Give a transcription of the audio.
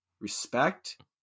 respect